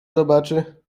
zobaczy